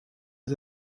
les